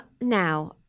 Now